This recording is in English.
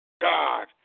God